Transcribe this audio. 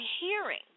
hearing